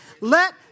Let